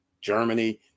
Germany